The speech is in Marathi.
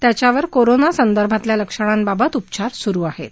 त्याच्यावर कोरोना संदर्भातल्या लक्षणांबाबत उपचार सुरु हेत